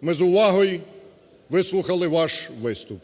Ми з увагою вислухали ваш виступ.